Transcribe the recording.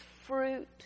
fruit